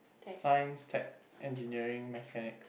science tech engineering mechanic